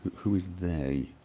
who is they?